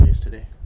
Today